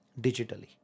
digitally